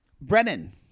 Brennan